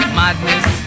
madness